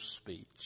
speech